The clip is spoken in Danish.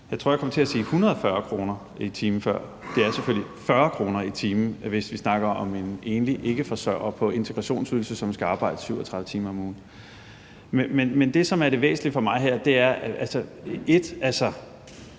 Jeg tror, jeg kom til at sige 140 kr. i timen før – det er selvfølgelig 40 kr. i timen, hvis vi snakker om en enlig ikkeforsørger på integrationsydelse, som skal arbejde 37 timer om ugen. Men det, som er det væsentlige for mig her, er: Vil det her ikke